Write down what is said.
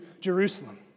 Jerusalem